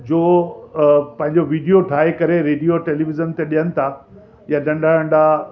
जो पंहिंजो विडियो ठाहे करे रेडियो टेलीविज़न ते ॾियनि था या नंढा नंढा